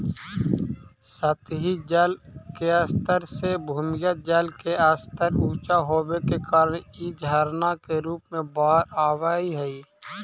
सतही जल के स्तर से भूमिगत जल के स्तर ऊँचा होवे के कारण इ झरना के रूप में बाहर आवऽ हई